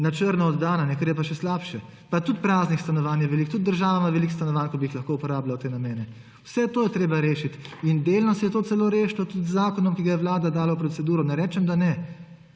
na črno oddana, kar je pa še slabše. Pa tudi praznih stanovanj je veliko, tudi država ima veliko stanovanj, ki bi jih lahko uporabila v te namene. Vse to je treba rešiti in delno se je to celo rešilo tudi z zakonom, ki ga je Vlada dala v proceduro, ne rečem, da ne.